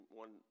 one